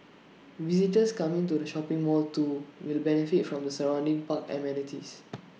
visitors coming to the shopping mall too will benefit from the surrounding park amenities